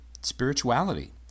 spirituality